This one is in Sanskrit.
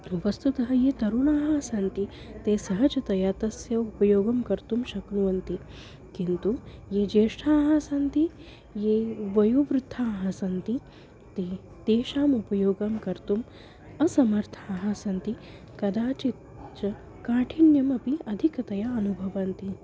वस्तुतः ये तरुणाः सन्ति ते सहजतया तस्य उपयोगं कर्तुं शक्नुवन्ति किन्तु ये ज्येष्ठाः सन्ति ये वयो वृद्धाः सन्ति ते तेषाम् उपयोगं कर्तुम् असमर्थाः सन्ति कदाचित् च काठिन्यम् अपि अधिकतया अनुभवन्ति